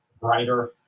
brighter